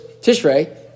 Tishrei